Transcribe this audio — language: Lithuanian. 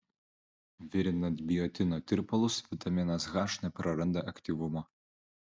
virinant biotino tirpalus vitaminas h nepraranda aktyvumo